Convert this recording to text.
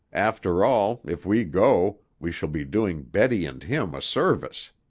after all, if we go, we shall be doing betty and him a service.